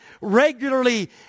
regularly